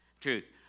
Truth